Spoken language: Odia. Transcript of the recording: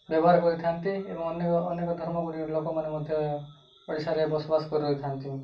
ବ୍ୟବହାର କରିଥାନ୍ତି ଏବଂ ଅନେକ ଅନେକ ଧର୍ମ ଗୁଡ଼ିକ ଲୋକମାନେ ମଧ୍ୟ ଓଡ଼ିଶାରେ ବସବାସ କରି ରହିଥାନ୍ତି